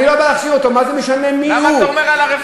אני לא בא להכשיר אותו, מה זה משנה מי הוא?